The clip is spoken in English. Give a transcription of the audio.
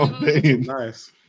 Nice